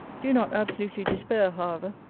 do not absolutely despair, however.